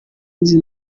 nzi